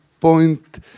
point